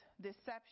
deception